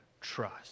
trust